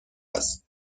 است